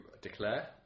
declare